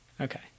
Okay